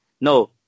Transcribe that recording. no